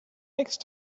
next